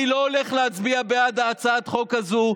אני לא הולך להצביע בעד הצעת החוק הזו,